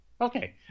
Okay